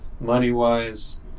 Money-wise